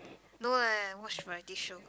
no lah I watch variety show